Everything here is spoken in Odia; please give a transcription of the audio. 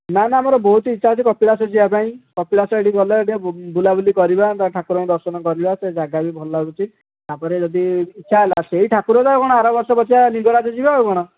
ନା ନା ମୋର ବହୁତ ଇଚ୍ଛା ଅଛି କପିଳାସ ଯିବା ପାଇଁ କପିଳାସ ସେହିଠି ଗଲେ ସେହିଠି ବୁଲା ବୁଲି କରିବା ଠାକୁରଙ୍କୁ ଦର୍ଶନ କରିବା ସେ ଜାଗା ବି ଭଲ ଲାଗୁଛି ତାପରେ ଯଦି ଇଚ୍ଛା ହେଲା ସେହି ଠାକୁର ତ କ'ଣ ଆର ବର୍ଷ ପଛେ ଲିଂଗରାଜ୍ ଯିବା ଆଉ କ'ଣ